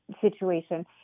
situation